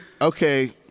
Okay